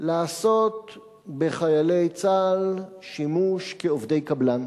לעשות בחיילי צה"ל שימוש כעובדי קבלן,